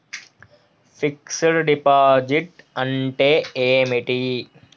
Fix డ్ deposit అంటే ఏమిటి?